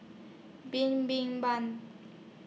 Bin Bin Ban